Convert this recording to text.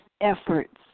efforts